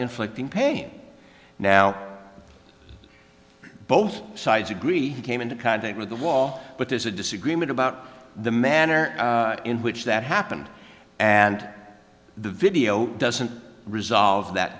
inflicting pain now both sides agree he came into contact with the wall but there's a disagreement about the manner in which that happened and the video doesn't resolve that